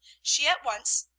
she at once,